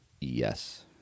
Yes